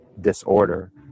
disorder